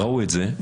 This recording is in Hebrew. ראו את זה,